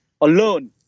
alone